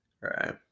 right